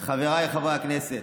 אדוני היושב-ראש, חבריי חברי הכנסת,